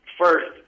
First